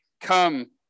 come